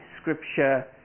Scripture